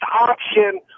option